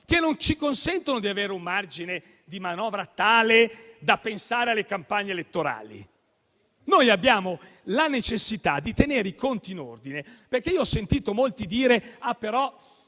che non ci consentono di avere un margine di manovra tale da pensare alle campagne elettorali. Noi abbiamo la necessità di tenere i conti in ordine. Ho sentito molti dire